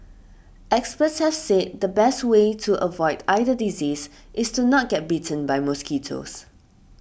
experts have said the best way to avoid either disease is to not get bitten by mosquitoes